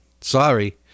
Sorry